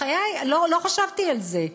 לא חשבתי על זה.